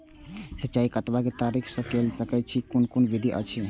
सिंचाई कतवा तरीका स के कैल सकैत छी कून कून विधि अछि?